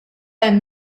hemm